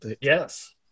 Yes